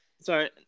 sorry